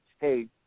Hey